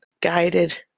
guided